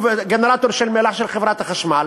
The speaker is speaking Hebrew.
שכתוב עליהם גנרטור של מל"ח, של חברת החשמל.